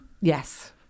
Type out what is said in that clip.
yes